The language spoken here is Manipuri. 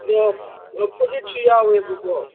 ꯑꯗꯣ ꯐꯨꯔꯤꯠꯁꯨ ꯌꯥꯎꯋꯦꯕꯀꯣ